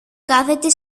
κάθεται